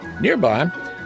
Nearby